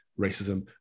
racism